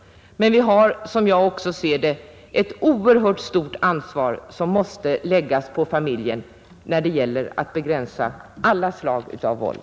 Men vi har som jag också ser det, ett oerhört stort ansvar som måste läggas på familjen när det gäller att begränsa alla slag av våld.